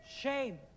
Shame